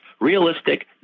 realistic